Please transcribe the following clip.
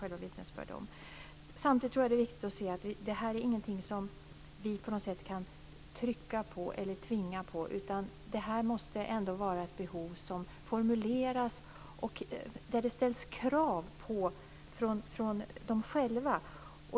Samtidigt tror jag att det är viktigt att se att det här inte är någonting som vi kan tvinga på dem där nere. Det måste vara ett behov som formuleras av dem själva.